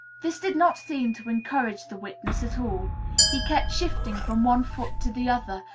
this did not seem to encourage the witness at all he kept shifting from one foot to the other,